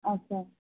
अच्छा